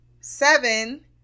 seven